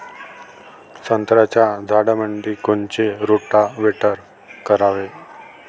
संत्र्याच्या झाडामंदी कोनचे रोटावेटर करावे?